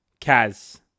Kaz